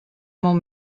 molt